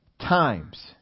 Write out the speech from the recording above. times